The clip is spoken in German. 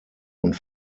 und